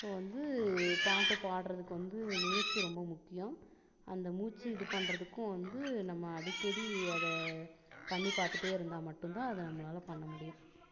so வந்து பாட்டு பாடுறதுக்கு வந்து முயற்சி ரொம்ப முக்கியம் அந்த மூச்சு இது பண்ணுறத்துக்கும் வந்து நம்ம அடிக்கடி அதை பண்ணி பார்த்துட்டே இருந்தால் மட்டும்தான் அதை நம்மளால் பண்ணமுடியும்